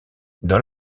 dans